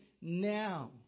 now